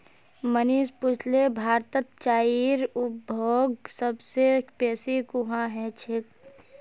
मनीष पुछले भारतत चाईर उपभोग सब स बेसी कुहां ह छेक